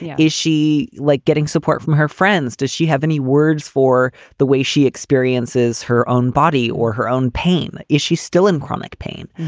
yeah is she like getting support from her friends? does she have any words for the way she experiences her own body or her own pain? is she still in chronic pain?